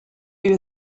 you